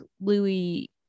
Louis